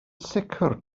sicr